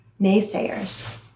naysayers